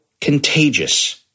contagious